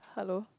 hello